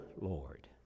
Lord